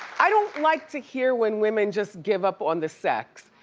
i don't like to hear when women just give up on the sex.